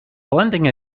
blending